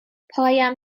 پایم